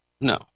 no